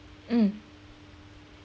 mm